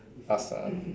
ask ah